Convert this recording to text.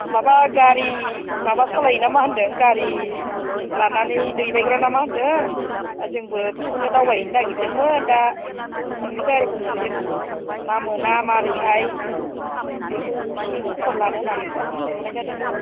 माबा गारि माबा सालायो ना मा होनदों गारि लानानै दैबायग्रा ना मा होन्दों जोंबो बेखौनो दावबाय हैनो नागेरदोंमोन दा नोंनि गारिखौ मोनगोन ना मोना मारैहाय बेखौ इसे खबर लानो होन्नानै फन बुनाय जादोंमोन